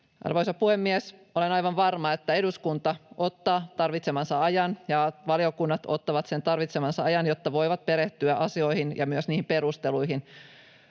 Arvoisa puhemies! Olen aivan varma, että eduskunta ottaa tarvitsemansa ajan ja valiokunnat ottavat tarvitsemansa ajan, jotta voivat perehtyä asioihin ja myös niihin perusteluihin.